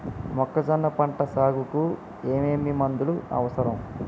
మొక్కజొన్న పంట సాగుకు ఏమేమి మందులు అవసరం?